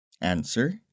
Answer